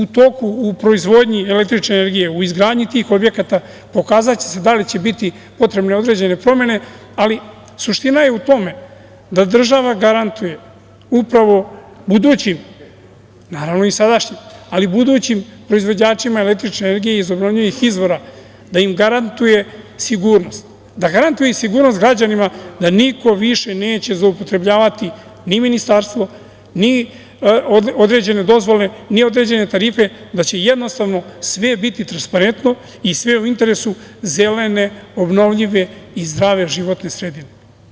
U proizvodnji električne energije, u izgradnji tih objekata, pokazaće se da li će biti potrebne određene promene, ali suština je u tome da država garantuje upravo budućim, naravno i sadašnjim, proizvođačima električne energije iz obnovljivih izvora, da im garantuje sigurnost, da garantuje i sigurnost građanima da niko više neće zloupotrebljavati ni ministarstvo, ni određene dozvole, ni određene tarife, da će jednostavno sve biti transparentno i sve u interesu zelene obnovljive i zdrave životne sredine.